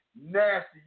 nasty